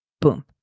Boom